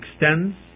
extends